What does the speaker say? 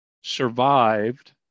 survived